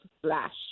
flash